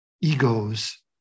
egos